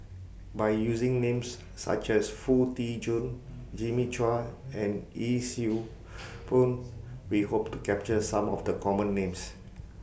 By using Names such as Foo Tee Jun Jimmy Chua and Yee Siew Pun We Hope to capture Some of The Common Names